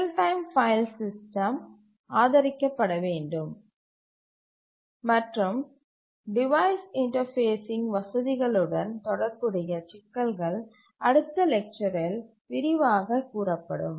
real time file system ஆதரிக்கப்பட வேண்டும் மற்றும் டிவைஸ் இன்டர்பேஸிங் வசதிகளுடன் தொடர்புடைய சிக்கல்கள் அடுத்த லெக்சரில் விரிவாகக் கூறப்படும்